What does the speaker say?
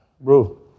Bro